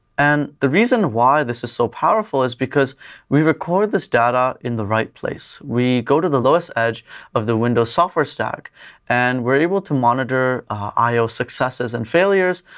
and the reason why this is so powerful is because we record this data in the right place. we go to the lowest edge of the windows software stack and we're able to monitor io successes and failures,